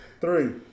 three